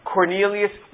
Cornelius